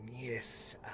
Yes